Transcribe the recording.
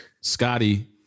Scotty